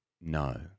No